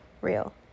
real